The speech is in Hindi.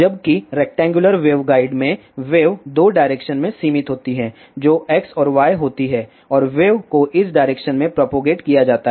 जबकि रेक्टेंगुलर वेवगाइड में वेव 2 डायरेक्शन में सीमित होती है जो x और y होती हैं और वेव को इस डायरेक्शन में प्रोपगेट किया जाता है